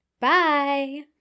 Bye